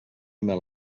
mel